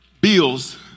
Bills